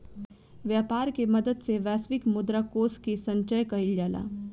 व्यापर के मदद से वैश्विक मुद्रा कोष के संचय कइल जाला